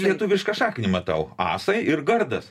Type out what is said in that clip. lietuvišką šaknį matau asai ir gardas